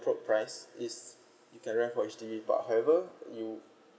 price is you can rent for H_D_B but however you